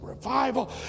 revival